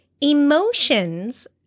emotions